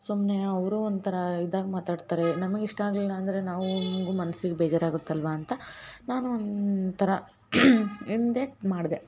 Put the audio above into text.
ಸುಮ್ನೆ ಅವರು ಒಂಥರ ಇದಾಗ ಮಾತಾಡ್ತಾರೆ ನಮ್ಗೆ ಇಷ್ಟ ಆಗ್ಲಿಲ್ಲ ಅಂದರೆ ನಾವುಂಗು ಮನ್ಸಿಗೆ ಬೇಜಾರು ಆಗುತ್ತಲ್ಲವಾ ಅಂತ ನಾನು ಒಂಥರ ಹಿಂದೇಟು ಮಾಡ್ದೆ